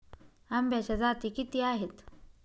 आंब्याच्या जाती किती आहेत?